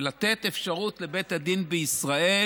לתת אפשרות לבית הדין בישראל